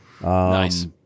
Nice